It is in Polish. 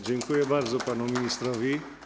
Dziękuję bardzo panu ministrowi.